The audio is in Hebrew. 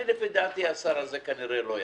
לפי דעתי, השר הזה כנראה לא יחזור.